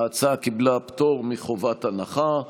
ההצעה קיבלה פטור מחובת הנחה.